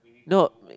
no when you